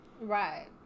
right